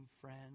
friends